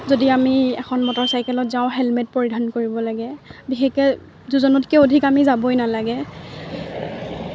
যদি আমি এখন মটৰচাইকেলত যাওঁ হেলমেট পৰিধান কৰিব লাগে বিশেষকৈ দুজনতকৈ অধিক আমি যাবই নালাগে